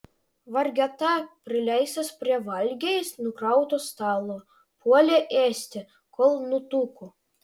vargeta prileistas prie valgiais nukrauto stalo puolė ėsti kol nutuko